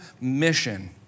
mission